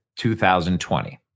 2020